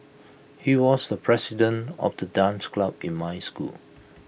he was the president of the dance club in my school